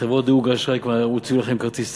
חברות דירוג האשראי כבר הוציאו לכם כרטיס צהוב,